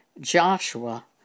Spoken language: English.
Joshua